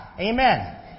Amen